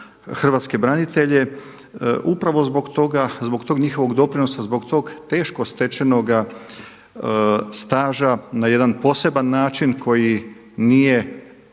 hrvatske branitelje, upravo zbog toga, zbog tog njihovog doprinosa, zbog tog teško stečenoga staža na jedan poseban način koji nije